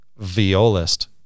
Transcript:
violist